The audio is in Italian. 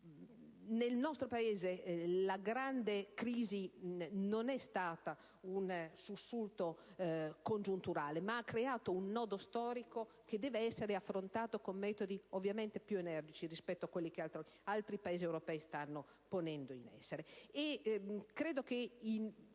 Nel nostro Paese la grande crisi non è stata il risultato di un sussulto congiunturale, ma ha creato un nodo storico, che deve essere affrontato con metodi ovviamente più energici rispetto a quelli che altri Paesi europei stanno ponendo in essere.